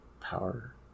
Power